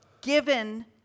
given